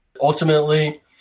Ultimately